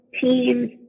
Teams